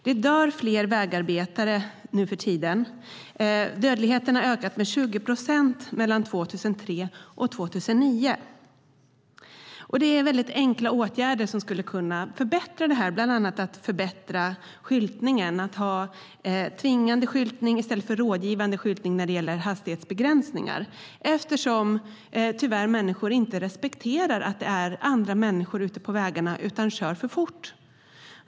Det dör fler vägarbetare nu för tiden. Dödligheten har ökat med 20 procent mellan 2003 och 2009. Det är väldigt enkla åtgärder som skulle kunna förbättra det här. Det handlar bland annat om att förbättra skyltningen och om att ha tvingande skyltning i stället för rådgivande skyltning när det gäller hastighetsbegränsningar eftersom människor tyvärr inte respekterar att det är andra människor ute på vägarna utan kör för fort.